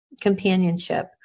companionship